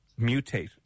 mutate